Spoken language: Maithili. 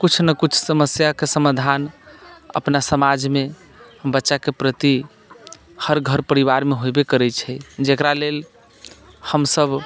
किछु ने किछु समस्याके समाधान अपना समाजमे बच्चाके प्रति हर घर परिवारमे होयबे करैत छै जकरा लेल हमसभ